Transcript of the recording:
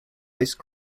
ice